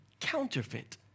counterfeit